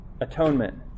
Atonement